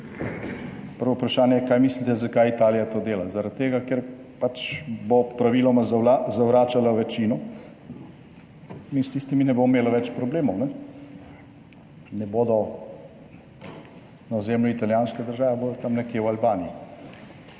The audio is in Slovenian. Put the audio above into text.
Prvo vprašanje je: kaj mislite, zakaj Italija to dela? Zaradi tega, ker pač bo praviloma zavračala večino in s tistimi ne bo imelo več problemov. Ne bodo na ozemlju italijanske države, bodo tam nekje v Albaniji.